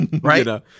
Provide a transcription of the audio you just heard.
Right